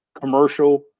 commercial